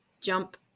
jump